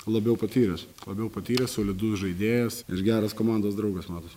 labiau patyręs labiau patyręs solidus žaidėjas ir geras komandos draugas matos